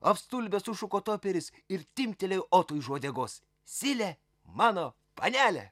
apstulbęs sušuko toperis ir timptelėjo otui už uodegos silė mano panelė